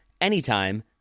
anytime